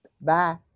bye